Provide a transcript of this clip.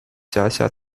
辖下